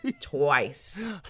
twice